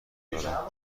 دارم